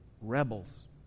Rebels